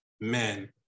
men